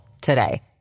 today